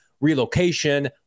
relocation